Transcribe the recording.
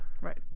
Right